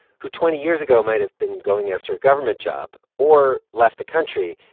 who twenty years ago might have been going after a government job or left the country,